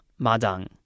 Madang